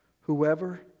whoever